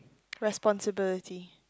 responsibility